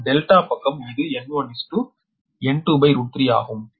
மற்றும் Δ பக்கம் இது N1N23ஆகும்